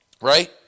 Right